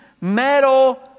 metal